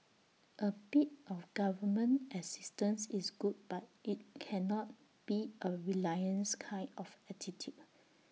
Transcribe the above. A bit of government assistance is good but IT cannot be A reliance kind of attitude